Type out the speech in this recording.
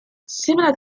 similar